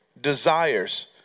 desires